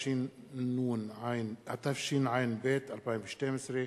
התשע"ב 2012,